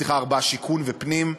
שיכון ופנים.